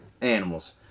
animals